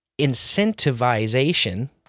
incentivization